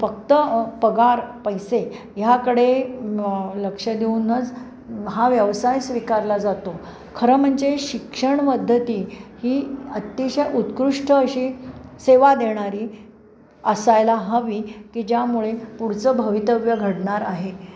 फक्त पगार पैसे ह्याकडे लक्ष देऊनच हा व्यवसाय स्वीकारला जातो खरं म्हणजे शिक्षण पद्धती ही अतिशय उत्कृष्ट अशी सेवा देणारी असायला हवी की ज्यामुळे पुढचं भवितव्य घडणार आहे